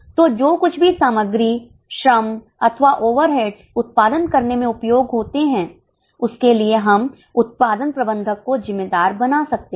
तो जो कुछ भी सामग्री श्रम अथवा ओवरहेड्स उत्पादन करने में उपयोग होते है उसके लिए हम उत्पादन प्रबंधक को जिम्मेदार बना सकते हैं